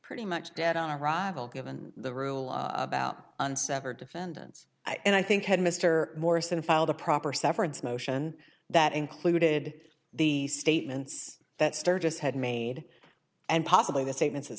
pretty much dead on arrival given the rule about uncensored defendants i think had mr morrison filed a proper severance motion that included the statements that sturgis had made and possibly the statements